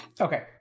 Okay